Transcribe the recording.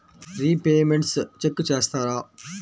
Repayments check చేస్తారా?